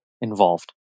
involved